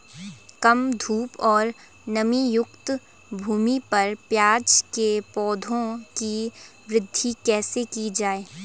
कम धूप और नमीयुक्त भूमि पर प्याज़ के पौधों की वृद्धि कैसे की जाए?